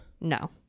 No